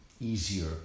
easier